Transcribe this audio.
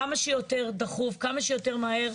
כמה שיותר דחוף, כמה שיותר מהר,